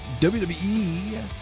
WWE